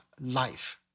life